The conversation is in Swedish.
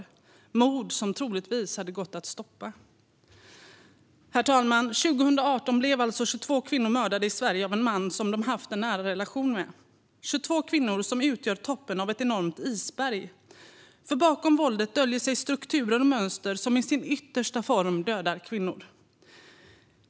Detta är mord som troligtvis hade gått att stoppa. Herr talman! År 2018 blev alltså 22 kvinnor i Sverige mördade av en man som de haft en nära relation med. Dessa 22 kvinnor utgör toppen av ett enormt isberg, för bakom våldet döljer sig strukturer och mönster som i sin yttersta form dödar kvinnor.